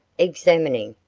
examining,